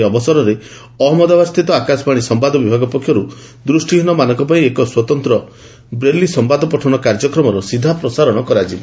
ଏହି ଅବସରରେ ଅହଞ୍ଚନ୍ଦାବାଦସ୍ଥିତ ଆକାଶବାଣୀ ସମ୍ଭାଦବିଭାଗ ପକ୍ଷରୁ ଦୃଷ୍ଟିହୀନଙ୍କ ପାଇଁ ଏକ ସତନ୍ତ୍ର ବ୍ରେଲି ସମ୍ଭାଦପଠନ କାର୍ଯ୍ୟକ୍ରମର ସିଧାପ୍ରସାରଣ କରାଯିବ